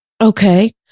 Okay